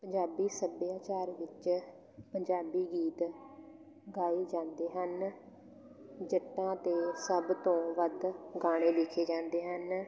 ਪੰਜਾਬੀ ਸੱਭਿਆਚਾਰ ਵਿੱਚ ਪੰਜਾਬੀ ਗੀਤ ਗਾਏ ਜਾਂਦੇ ਹਨ ਜੱਟਾਂ 'ਤੇ ਸਭ ਤੋਂ ਵੱਧ ਗਾਣੇ ਲਿਖੇ ਜਾਂਦੇ ਹਨ